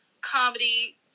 comedy